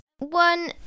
One